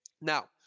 Now